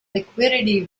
liquidity